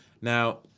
Now